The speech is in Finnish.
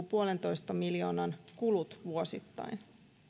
puolentoista miljoonan kulut vuosittain